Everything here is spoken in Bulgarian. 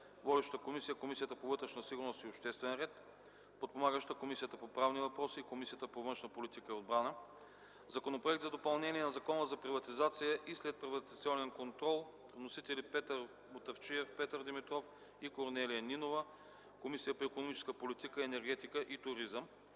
Водеща е Комисията по вътрешна сигурност и обществен ред. Подпомагащи са Комисията по правни въпроси и Комисията по външна политика и отбрана. Законопроект за допълнение на Закона за приватизация и следприватизационен контрол. Вносители са Петър Мутафчиев, Петър Димитров и Корнелия Нинова. Водеща е Комисията по икономическата политика, енергетика и туризъм.